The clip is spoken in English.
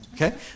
Okay